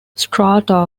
strata